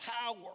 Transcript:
power